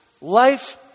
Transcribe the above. Life